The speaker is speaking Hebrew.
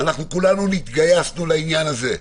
כולנו התגייסנו לעניין הזה.